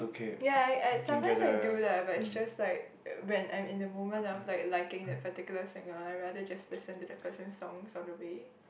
ya I I sometimes I do lah but just like when I'm in the moment of like liking the particular singer I rather just listen to the person's songs all the way